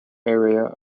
area